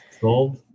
sold